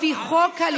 לפי חוק הלאום לעמיתו?